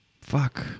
Fuck